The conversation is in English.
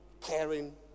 caring